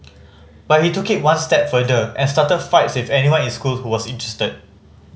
but he took it one step further and started fights with anyone in school who was interested